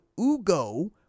Ugo